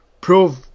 prove